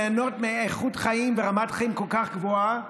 ליהנות מאיכות חיים ורמת חיים כל כך גבוהה